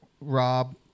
Rob